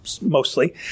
mostly